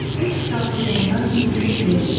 which started in the nineteen fifty s,